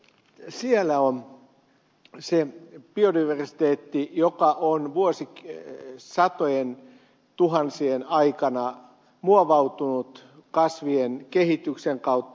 siellä on se biodiversiteetti joka on vuosituhansien aikana muovautunut kasvien kehityksen kautta